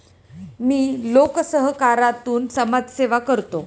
मी लोकसहकारातून समाजसेवा करतो